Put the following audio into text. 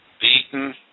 Beaten